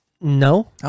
no